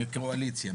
מהקואליציה,